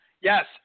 yes